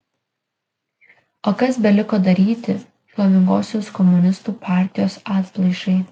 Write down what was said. o kas beliko daryti šlovingosios komunistų partijos atplaišai